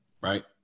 right